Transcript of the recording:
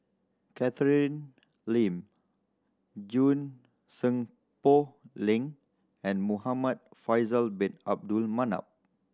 Catherine Lim Junie Sng Poh Leng and Muhamad Faisal Bin Abdul Manap